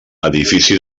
edifici